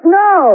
no